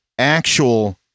actual